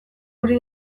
hori